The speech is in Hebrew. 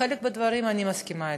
ובחלק מהדברים אני מסכימה אתכם.